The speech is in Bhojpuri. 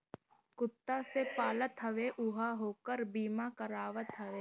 कुत्ता जे पालत हवे उहो ओकर बीमा करावत हवे